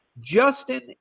Justin